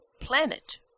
planet